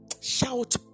Shout